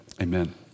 Amen